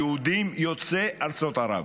היהודים יוצאי ארצות ערב.